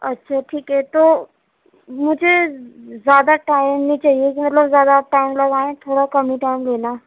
اچھا ٹھیک ہے تو مجھے زیادہ ٹائم نہیں چاہیے کہ مطلب زیادہ ٹائم لگائیں تھوڑا کم ہی ٹائم لینا